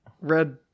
red